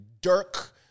Dirk